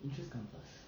interests come first